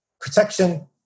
Protection